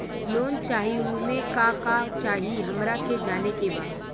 Loan चाही उमे का का चाही हमरा के जाने के बा?